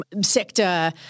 sector